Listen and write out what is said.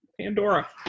Pandora